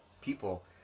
people